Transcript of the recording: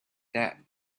that